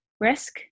risk